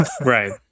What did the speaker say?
Right